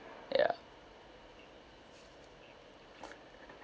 ya